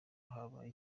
habaye